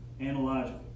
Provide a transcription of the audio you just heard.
analogical